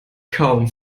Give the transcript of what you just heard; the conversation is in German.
kaum